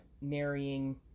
marrying